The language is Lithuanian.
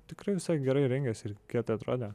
tikrai visai gerai rengėsi ir kietai atrodė